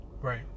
Right